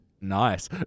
nice